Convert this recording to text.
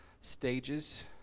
stages